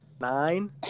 nine